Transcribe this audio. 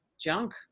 junk